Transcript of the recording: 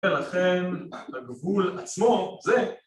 ‫לכן הגבול עצמו זה.